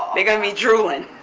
they gonna be drooling.